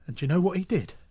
and you know what he did?